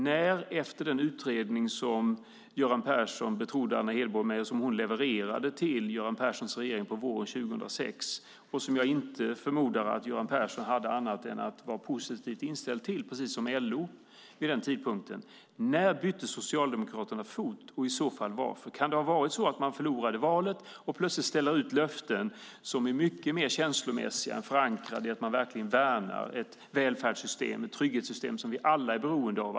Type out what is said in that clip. När bytte man fot efter den utredning som Göran Persson betrodde Anna Hedborg med och som hon levererade till hans regering våren 2006 och som jag förmodar att Göran Persson inte var annat än positiv inställd till precis som LO var vid den tidpunkten? När bytte Socialdemokraterna fot och i så fall varför? Kan det ha varit så att Socialdemokraterna förlorade valet och plötsligt ställde ut löften som är mycket mer känslomässiga än förankrade i att man verkligen värnar ett välfärdssystem och ett trygghetssystem som vi alla är beroende av?